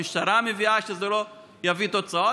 המשטרה מבינה שזה לא יביא תוצאות.